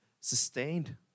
sustained